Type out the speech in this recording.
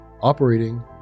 operating